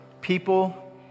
people